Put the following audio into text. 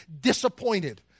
Disappointed